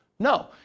No